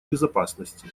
безопасности